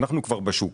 אנחנו כבר בשוק,